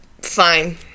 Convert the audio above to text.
fine